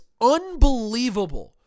unbelievable